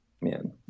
man